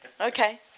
Okay